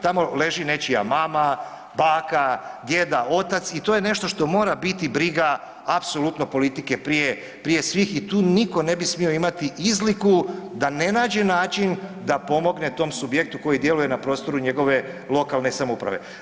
Tamo leži nečija mama, baka, djeda, otac i to je nešto što mora biti briga apsolutno politike prije, prije svih i tu nitko ne bi smio imati izliku da ne nađe način da pomogne tom subjektu koji djeluje na prostoru njegove lokalne samouprave.